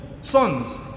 sons